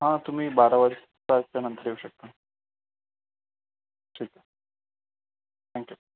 हा तुम्ही बारा वाजताच्या नंतर येऊ शकता ठीक आहे थँक्यू